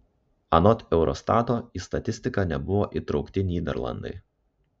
anot eurostato į statistiką nebuvo įtraukti nyderlandai